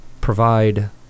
provide